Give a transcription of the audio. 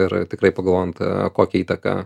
ir tikrai pagalvojant kokią įtaką